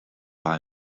buy